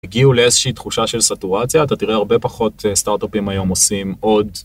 הגיעו לאיזושהי תחושה של סטורציה אתה תראה הרבה פחות סטארטאפים היום עושים עוד.